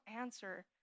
answer